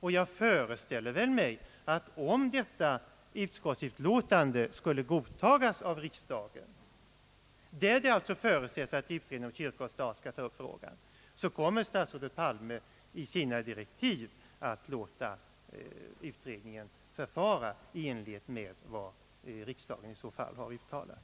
Och jag föreställer mig att om utskottsutlåtandet skulle godtagas av riksdagen — där det alltså förutsätts att utredningen kyrka—Sstat skall ta upp frågan — så kommer statsrådet Palme i sina direktiv att låta utredningen förfara i enlighet med vad riksdagen i så fall har uttalat.